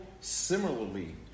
similarly